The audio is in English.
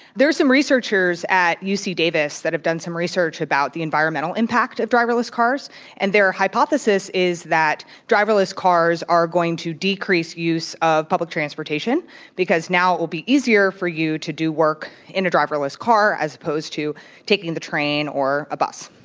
there's some researchers at u. c. davis that have done some research about the environmental impact of driverless cars and their hypothesis is that driverless cars are going to decrease use of public transportation because now it will be easier for you to do work in a driverless car as opposed to taking the train or a bus.